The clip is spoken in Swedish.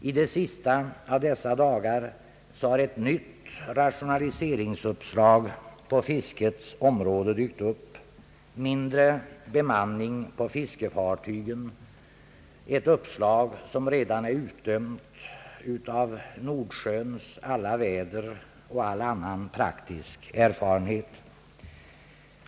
I de sista av dessa dagar har ett nytt rationaliseringsuppslag på fiskets område dykt upp, nämligen mindre bemanning på fiskefartygen, ett uppslag som redan är utdömt av Nordsjöns alla väder och all annan praktisk erfarenhet.